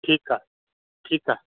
ठीकु आहे ठीकु आहे